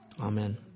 amen